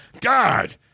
God